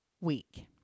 week